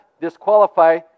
disqualify